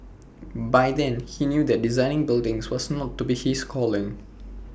by then he knew that designing buildings was not to be his calling